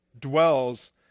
dwells